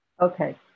okay